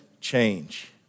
change